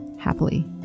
Happily